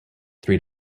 three